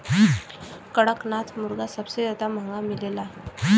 कड़कनाथ मुरगा सबसे जादा महंगा मिलला